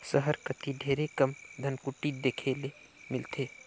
सहर कती ढेरे कम धनकुट्टी देखे ले मिलथे